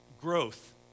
growth